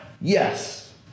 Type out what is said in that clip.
Yes